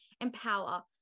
empower